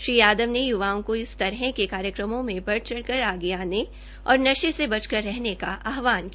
श्री यादव ने य्वाओं को इस तरह के कार्यक्रमों में बढ़ चढ़ कर आगे आने और नशे से बच कर रहने का आहवान किया